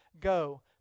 Go